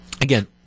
Again